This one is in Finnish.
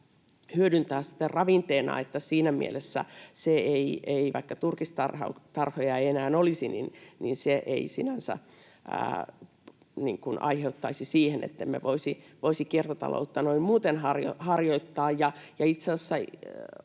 hyödyntää ravinteena. Siinä mielessä, vaikka turkistarhoja ei enää olisi, se ei sinänsä aiheuttaisi sitä, ettemme voisi kiertotaloutta noin muuten harjoittaa. Itse asiassa